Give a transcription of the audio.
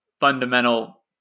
fundamental